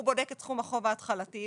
הוא בודק את סכום החוב ההתחלתי,